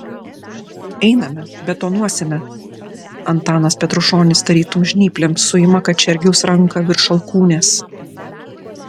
einame betonuosime antanas petrušonis tarytum žnyplėm suima kačergiaus ranką virš alkūnės